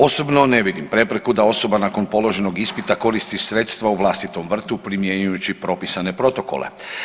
Osobno ne vidim prepreku da osoba nakon položenog ispita koristi sredstva u vlastitom vrtu primjenjujući propisane protokole.